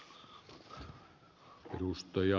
arvoisa puhemies